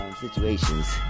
situations